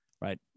right